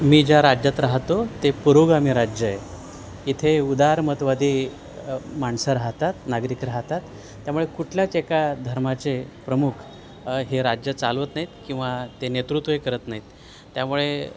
मी ज्या राज्यात राहतो ते पुरोगामी राज्य आहे इथे उदार मतवादी माणसं राहतात नागरिक राहतात त्यामुळे कुठल्याच एका धर्माचे प्रमुख हे राज्य चालवत नाहीत किंवा ते नेतृत्व ही करत नाहीत त्यामुळे